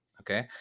Okay